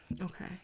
Okay